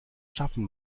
schaffen